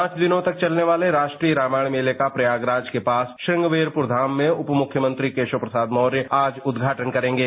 पांच दिनों तक चलने वाले राष्ट्रीय रामायण मेले का प्रयागराज के पास श्रंगवेरपुर धाम में उप मुख्यमंत्री केशव प्रसाद मौर्य आज उद्धाटन करेंगे